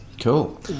Cool